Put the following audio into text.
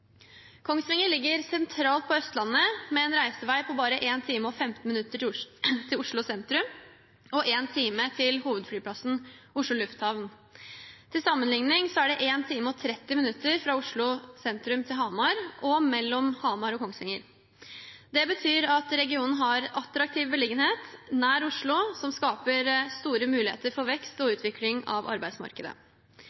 Kongsvinger ligger sentralt på Østlandet, med en reisevei på bare 1 time og 15 minutter til Oslo sentrum og 1 time til hovedflyplassen Oslo lufthavn. Til sammenligning er det 1 time og 30 minutter fra Oslo sentrum til Hamar, og mellom Hamar og Kongsvinger. Det betyr at regionen har en attraktiv beliggenhet nær Oslo, noe som skaper store muligheter for vekst og